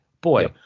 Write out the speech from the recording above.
Boy